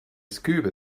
scuba